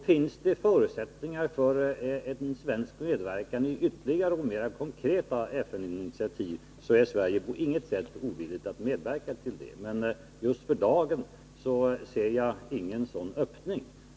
Finns det förutsättningar för svensk medverkan i fråga om ytterligare och mera konkreta FN-initiativ, så är Sverige på intet sätt ovilligt att medverka till det. Men just för dagen ser jag ingen sådan öppning.